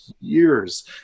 years